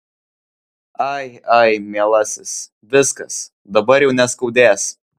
ai ai mielasis viskas dabar jau neskaudės